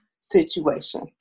situation